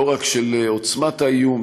לא רק של עוצמת האיום,